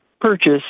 purchase